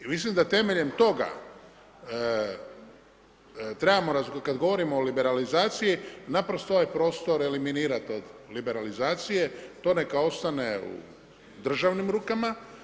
I mislim da temeljem toga trebamo kada govorimo o liberalizaciji naprosto ovaj prostor eliminirati od liberalizacije, to neka ostane u državnim rukama.